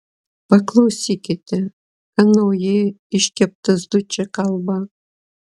paklausykite ką naujai iškeptas dučė kalba